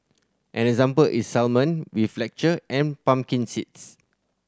an example is salmon with lecture and pumpkin seeds